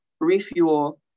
refuel